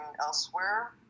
elsewhere